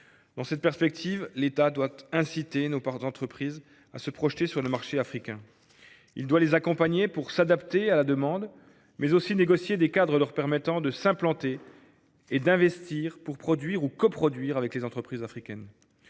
Dans cette perspective, l’État doit inciter nos entreprises à se projeter sur le marché africain. Il doit les accompagner pour s’adapter à la demande, mais aussi négocier des cadres leur permettant de s’implanter et d’investir pour produire ou coproduire avec les entreprises africaines.